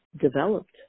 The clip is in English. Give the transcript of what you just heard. developed